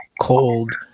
cold